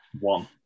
One